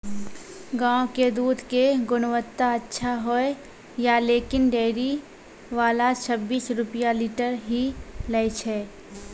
गांव के दूध के गुणवत्ता अच्छा होय या लेकिन डेयरी वाला छब्बीस रुपिया लीटर ही लेय छै?